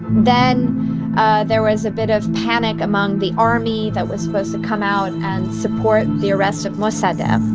then there was a bit of panic among the army that was supposed to come out and support the arrest of mossadegh.